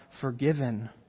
forgiven